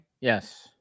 Yes